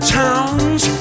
towns